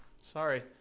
sorry